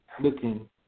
Looking